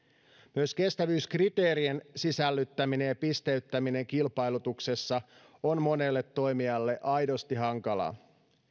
myös kestävyyskriteerien sisällyttäminen ja pisteyttäminen kilpailutuksessa on monelle toimijalle aidosti hankalaa